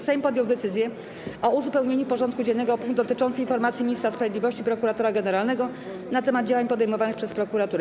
Sejm podjął decyzję o uzupełnieniu porządku dziennego o punkt dotyczący informacji Ministra Sprawiedliwości, Prokuratora Generalnego na temat działań podejmowanych przez prokuraturę.